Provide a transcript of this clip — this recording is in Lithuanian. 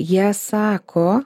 jie sako